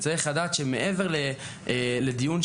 צריך לדעת שמעבר לדיון,